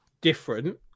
different